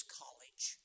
college